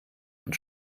und